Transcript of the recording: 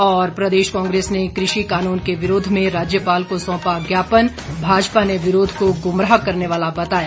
और प्रदेश कांग्रेस ने कृषि कानून के विरोध में राज्यपाल को सौंपा ज्ञापन भाजपा ने विरोध को गुमराह करने वाला बताया